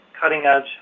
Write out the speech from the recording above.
cutting-edge